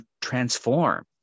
transform